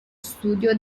studio